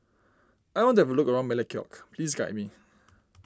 I want to have a look around Melekeok please guide me